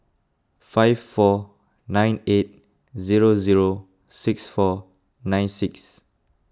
five four nine eight zero zero six four nine six